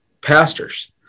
pastors